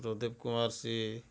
Pradeep Kumar Singh